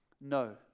no